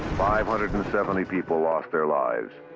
five hundred and seventy people lost their lives.